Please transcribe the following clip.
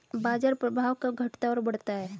बाजार प्रभाव कब घटता और बढ़ता है?